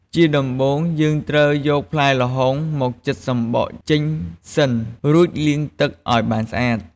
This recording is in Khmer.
ជាដំបូង យើងត្រូវយកផ្លែល្ហុងមកចិតសំបកចេញសិន រួចលាងទឹកឱ្យបានស្អាត។